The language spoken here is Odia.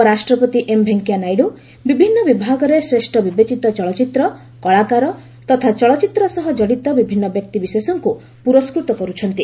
ଉପରାଷ୍ଟ୍ରପତି ଏମ୍ ଭେଙ୍କିୟା ନାଇଡୁ ବିଭିନ୍ନ ବିଭାଗରେ ଶ୍ରେଷ୍ଠ ବିବେଚିତ ଚଳଚ୍ଚିତ୍ର କଳାକାର ତଥା ଚଳଚ୍ଚିତ୍ର ସହ କଡ଼ିତ ବିଭିନ୍ନ ବ୍ୟକ୍ତିବିଶେଷଙ୍କୁ ପୁରସ୍କୃତ କରୁଛନ୍ତି